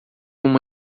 uma